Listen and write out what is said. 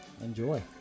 Enjoy